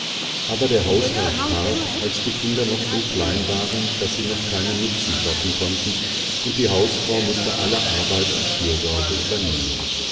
aber der hausherr starb als die kinder noch so klein waren daß sie noch keinen nutzen schaffen konnten und die hausfrau mußte alle arbeit und fürsorgeübernehmen